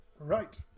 Right